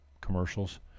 commercials